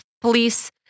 police